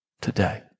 today